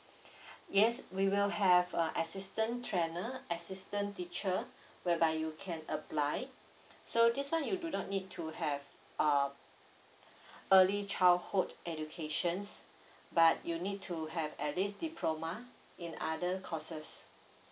yes we will have a assistant trainer assistant teacher whereby you can apply so this one you do not need to have uh early childhood educations but you need to have at least diploma in other courses